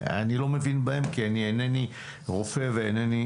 אני לא מבין בהן כי אינני רופא ואינני